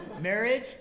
Marriage